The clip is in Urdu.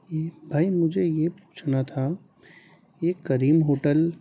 بھائی مجھے یہ پوچھنا تھا یہ کریم ہوٹل